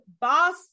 boss